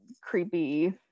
creepy